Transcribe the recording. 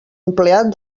empleat